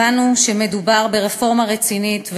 הבנו שמדובר ברפורמה רצינית,